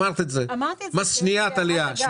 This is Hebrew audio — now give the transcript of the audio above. אמרתי את זה בהרעת אגב.